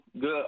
good